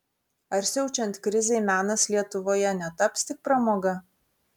ar siaučiant krizei menas lietuvoje netaps tik pramoga